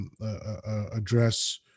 Address